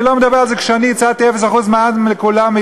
אני לא מדבר על זה שכשאני הצעתי 0% מע"מ לכולם,